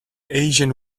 asian